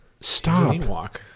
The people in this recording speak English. Stop